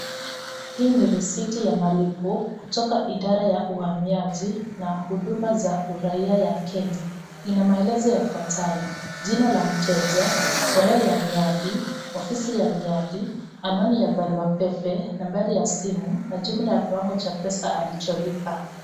Hii ni risiti ya malipo kutoka idara ya uhamiaji na huduma za uraia wa Kenya. Ina maelezo yafuatayo, jina la mteja, tarehe ya miadi, ofisi ya miadi, anwani ya barua pepe, nambari ya simu na jumla ya kiwango cha pesa alicholipa.